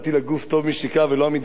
ולא המדרש עיקר אלא המעשה,